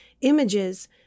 images